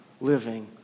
living